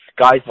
guys